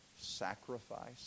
sacrifice